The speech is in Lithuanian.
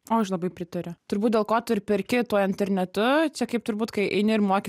o aš labai pritariu turbūt dėl ko tu ir perki tuo internetu čia kaip turbūt kai eini ir moki